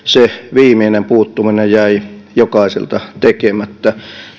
viimeinen puuttuminen jäi jokaiselta tekemättä